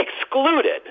excluded